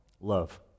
Love